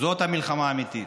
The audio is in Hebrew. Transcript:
זאת המלחמה האמיתית,